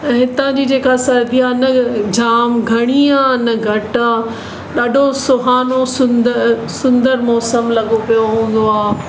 ऐं हितां जी जेका सरदी आहे न जाम घणी आहे न घटि आहे ॾाढो सुहानो सुंदर सुंदर मौसमु लॻो पियो हूंदो आहे